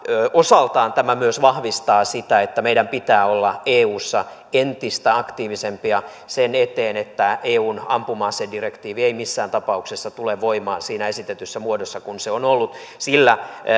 osaltaan tämä myös vahvistaa sitä että meidän pitää olla eussa entistä aktiivisempia sen eteen että eun ampuma asedirektiivi ei missään tapauksessa tule voimaan siinä esitetyssä muodossa kuin se on ollut sillä